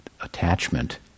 attachment